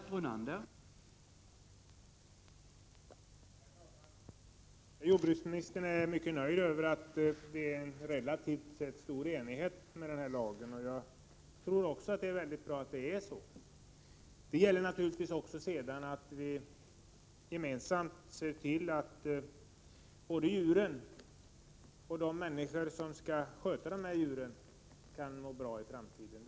Herr talman! Jordbruksministern är mycket nöjd över att det är relativt sett stor enighet bakom lagen. Jag tror också att det är bra att det är så. Men sedan gäller det naturligtvis också att vi gemensamt ser till att både djuren och de människor som skall sköta dem kan må bra i framtiden.